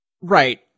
Right